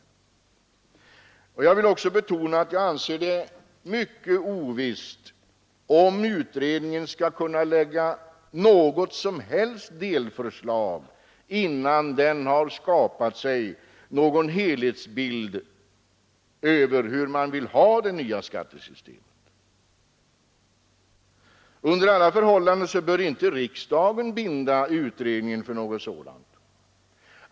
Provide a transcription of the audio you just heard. Jag vill också betona att jag anser det mycket ovisst om utredningen skall kunna lägga fram något som helst delförslag innan den har skapat sig en helhetsbild av hur man vill ha det nya skattesystemet. Under alla förhållanden bör inte riksdagen binda utredningen för något sådant.